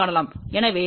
எனவே VSWR மதிப்பு 5